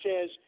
says